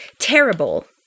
terrible